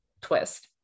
twist